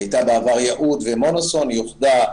היא הייתה בעבר יהוד ומונוסון והיא אוחדה